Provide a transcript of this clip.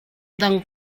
dang